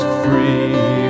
free